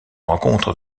rencontre